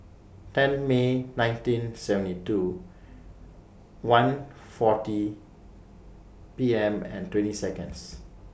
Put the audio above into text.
ten May nineteen seventy two one forty A M and twenty Seconds